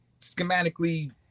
schematically